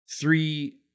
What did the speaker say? three